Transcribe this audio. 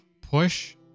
push